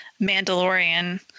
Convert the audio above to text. Mandalorian